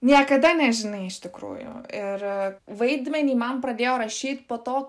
niekada nežinai iš tikrųjų ir vaidmenį man pradėjo rašyt po to